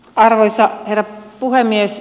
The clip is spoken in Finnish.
arvoisa herra puhemies